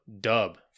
dub